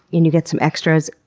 and you get some extras,